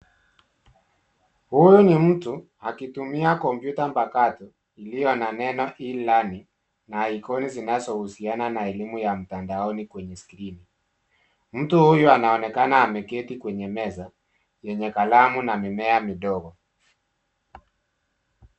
Huyu ni mtu akitumia kompyuta mpakato, iliyo na neno e-learning na ikoni zinazohusiana na elimu ya mtandaoni kwenye skrini. Mtu huyu anaonekana ameketi kwenye meza yenye kalamu na mimea midogo.